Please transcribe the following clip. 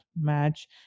match